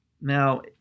Now